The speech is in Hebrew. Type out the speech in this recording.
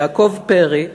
יעקב פרי,